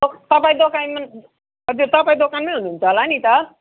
तपाईँ दोकानमा हजुर तपाईँ दोकानमै हुनुहुन्छ होला नि त